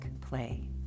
Play